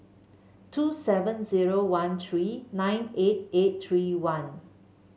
two seven zero one three nine eight eight three one